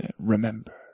remember